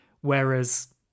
Whereas